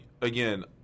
Again